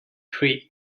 prix